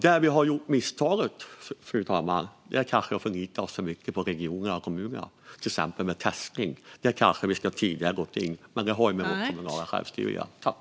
Ett misstag vi dock kanske har gjort, fru talman, är att förlita oss för mycket på regionerna och kommunerna till exempel när det gäller testning. Där kanske vi skulle ha gått in tidigare, men det har ju med vårt kommunala självstyre att göra.